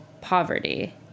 poverty